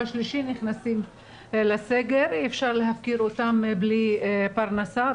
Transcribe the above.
השלישי של הסגר אי אפשר להפקיר אותם בלי פרנסה.